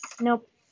Nope